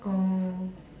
oh